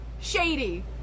Shady